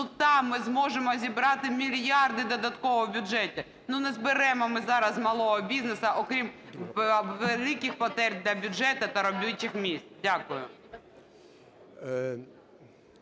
Ну там ми зможемо зібрати мільярди додатково у бюджеті. Ну, не зберемо ми зараз з малого бізнесу, окрім великих потерь для бюджету та робочих місць. Дякую.